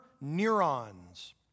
neurons